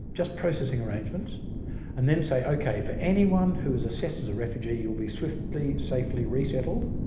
just processing arrangements and then say, okay, for anyone who is assessed as a refugee you'll be swiftly, safely resettled.